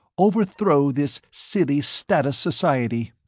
overthrow this silly status society.